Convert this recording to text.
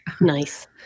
Nice